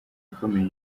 ikomeye